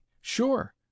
Sure